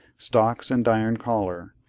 stocks, and iron collar,